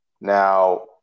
Now